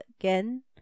again